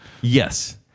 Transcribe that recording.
Yes